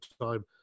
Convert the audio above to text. time